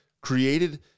created